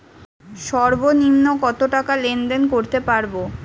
সর্বনিম্ন কত টাকা লেনদেন করতে পারবো?